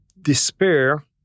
despair